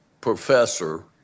professor